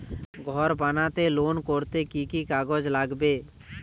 ঘর বানাতে লোন করতে কি কি কাগজ লাগবে?